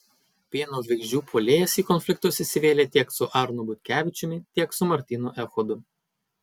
pieno žvaigždžių puolėjas į konfliktus įsivėlė tiek su arnu butkevičiumi tiek su martynu echodu